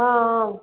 हम